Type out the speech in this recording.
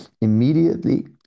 immediately